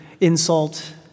insult